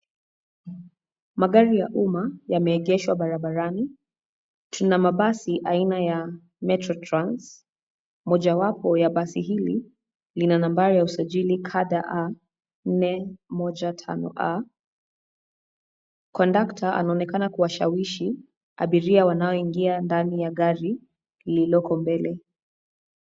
Magari ya umma yameegeshwa barabarani. Tuna mabasi aina ya Metro Trans. Mojawapo ya basi hili lina nambari ya usajili KDA 415A. Kondakta anaonekana kuwashawishi abiria wanaoingia ndani ya gari lililiko mbele.